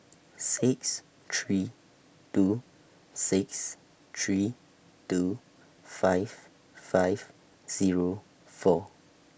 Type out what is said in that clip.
six three two six three two five five Zero four